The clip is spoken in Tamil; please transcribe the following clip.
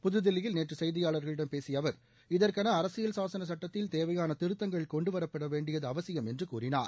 புதுதில்லியில் நேற்று செய்தியாளர்களிடம் பேசிய அவர் இதற்கென அரசியல் சாசன சுட்டத்தில் தேவையான திருத்தங்கள் கொண்டுவரப்பட வேண்டியது அவசியம் என்று கூறினார்